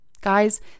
Guys